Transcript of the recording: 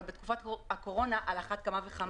אבל בתקופת הקורונה על אחת כמה וכמה.